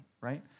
right